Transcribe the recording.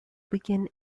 begin